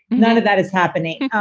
none of that is happening.